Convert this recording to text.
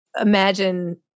imagine